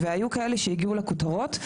והיו כאלה שהגיעו לכותרות,